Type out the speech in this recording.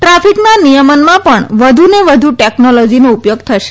ટ્રાફીકના નિયમનમાં પણ વધુને વધુ ટેકનોલોજીનો ઉપયોગ થશે